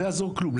לא יעזור כלום,